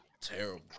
Terrible